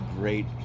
great